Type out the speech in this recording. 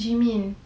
ji min